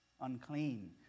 unclean